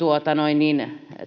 ei